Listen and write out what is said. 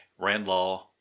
Randlaw